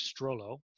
Strollo